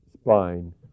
spine